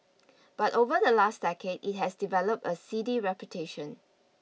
but over the last decade it has developed a seedy reputation